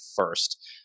first